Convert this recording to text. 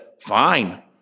fine